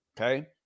Okay